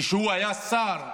כשהוא היה שר,